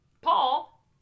Paul